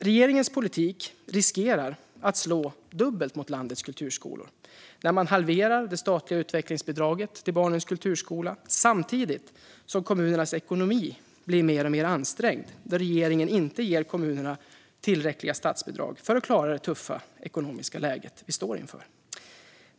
Regeringens politik riskerar att slå dubbelt mot landets kulturskolor när man halverar det statliga utvecklingsbidraget till barnens kulturskola samtidigt som kommunernas ekonomi blir mer och mer ansträngd då regeringen inte ger kommunerna tillräckliga statsbidrag för att klara det tuffa ekonomiska läge vi står inför.